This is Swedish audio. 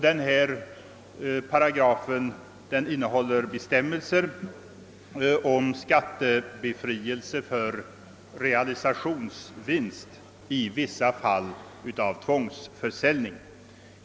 Detta stadgande innehåller bestämmelser om skattebefrielse för realisationsvinst i vissa fall av tvångsför Säljning.